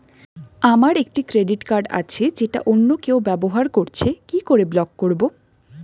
আমার একটি credit card আছে যেটা অন্য কেউ ব্যবহার করছে কি করে ব্লক করবো?